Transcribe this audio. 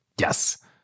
Yes